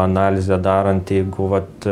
analizę darant vat